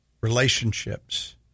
relationships